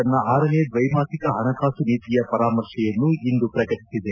ತನ್ನ ಆರನೇ ದ್ವೈ ಮಾಸಿಕ ಪಣಕಾಸು ನೀತಿಯ ಪರಾಮರ್ತೆಯನ್ನು ಇಂದು ಪ್ರಕಟಿಸಿದೆ